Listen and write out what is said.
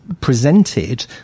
presented